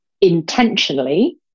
intentionally